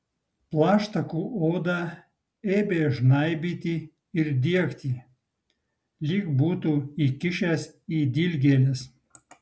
plaštakų odą ėmė žnaibyti ir diegti lyg būtų įkišęs į dilgėles